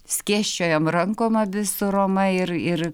skėsčiojam rankom abi su roma ir ir